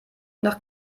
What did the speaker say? nach